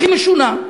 הכי משונה.